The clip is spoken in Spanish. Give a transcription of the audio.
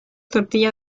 tortilla